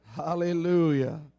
hallelujah